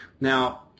Now